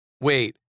Wait